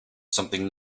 something